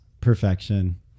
perfection